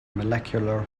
molecular